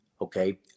okay